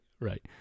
right